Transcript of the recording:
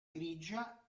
grigia